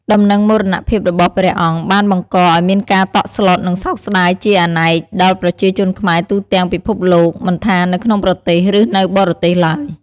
ដំណឹងមរណភាពរបស់ព្រះអង្គបានបង្កឱ្យមានការតក់ស្លុត និងសោកស្ដាយជាអនេកដល់ប្រជាជនខ្មែរទូទាំងពិភពលោក មិនថានៅក្នុងប្រទេស ឬនៅបរទេសឡើយ។